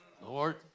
Lord